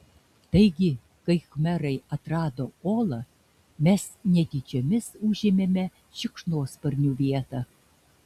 taigi kai khmerai atrado olą mes netyčiomis užėmėme šikšnosparnių vietą